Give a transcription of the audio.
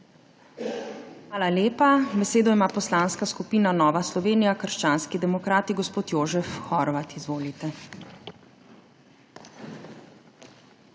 Hvala lepa. Besedo ima Poslanska skupina Nova Slovenija – Krščanski demokrati. Gospod Jožef Horvat, izvolite.